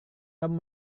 tom